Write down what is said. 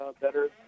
better